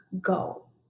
go